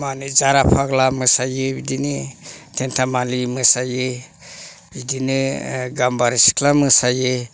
माने जाराफाग्ला मोसायो बिदिनो थेन्थामालि मोसायो बिदिनो गाम्बारि सिख्ला मोसायो